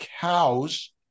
cows